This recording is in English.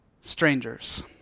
strangers